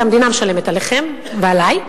כי המדינה משלמת עליכם ועלי,